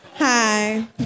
Hi